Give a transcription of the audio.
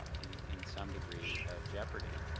in in some degree of jeopardy.